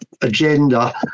agenda